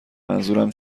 منظورم